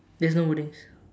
there's no wordings